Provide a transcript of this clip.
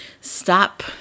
stop